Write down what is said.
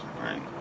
right